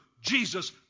Jesus